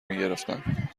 میگرفتن